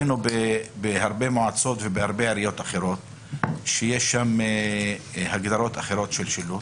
בהרבה מועצות ובהרבה עיריות אחרות ראינו הגדרות של שילוט.